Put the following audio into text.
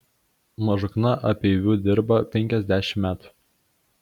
mažukna upeiviu dirba penkiasdešimt metų